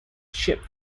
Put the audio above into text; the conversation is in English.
ship